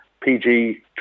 PG